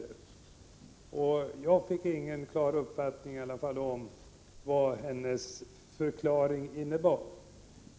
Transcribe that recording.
Jag fick i alla fall ingen klar uppfattning om vad hennes förklaring innebar.